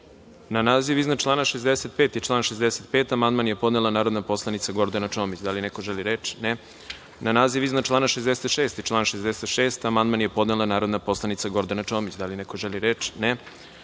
Na naziv iznad člana 65. i član 65. amandman je podnela narodna poslanica Gordana Čomić. Da li neko želi reč? (Ne)Na naziv iznad člana 66. i član 66. amandman je podnela narodna poslanica Gordana Čomić. Da li neko želi reč?